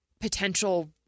potential